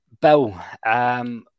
Bill